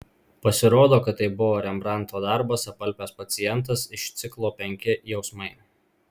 pasirodo kad tai buvo rembrandto darbas apalpęs pacientas iš ciklo penki jausmai